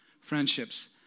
Friendships